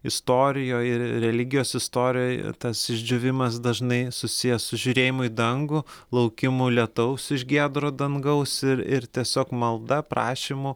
istorijoj religijos istorijoj tas išdžiūvimas dažnai susijęs su žiūrėjimu į dangų laukimu lietaus iš giedro dangaus ir ir tiesiog malda prašymu